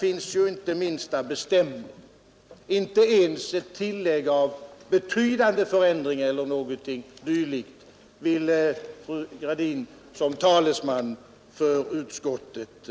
Man har inte angivit den minsta bestämning, och fru Gradin vill som talesman för utskottet inte ens göra ett tillägg såsom ”betydande förändring” eller något dylikt.